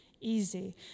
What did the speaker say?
Easy